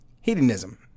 Hedonism